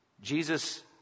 Jesus